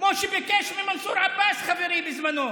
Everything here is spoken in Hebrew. כמו שביקש ממנסור עבאס חברי, בזמנו,